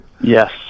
Yes